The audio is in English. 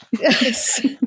yes